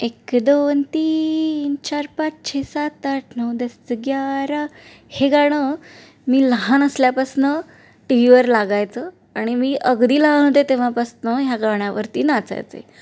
एक दोन तीन चार पाच छे सात आठ नऊ दस ग्यारह हे गाणं मी लहान असल्यापासून टी व्हीवर लागायचं आणि मी अगदी लहान होते तेव्हापासून ह्या गाण्यावरती नाचायचे